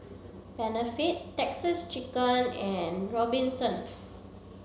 Benefit Texas Chicken and Robinsons